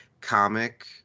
comic